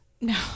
no